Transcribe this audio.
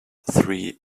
three